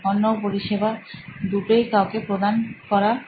পন্য ও পরিষেবা দুটোই কাউকে প্রদান করা হয়